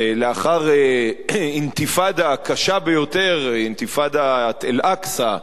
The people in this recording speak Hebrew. לאחר אינתיפאדה קשה ביותר, אינתיפאדת "אל-אקצא",